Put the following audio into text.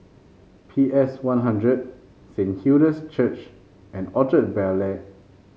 P S One Hundred Saint Hilda's Church and Orchard Bel Air